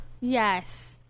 Yes